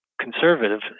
conservative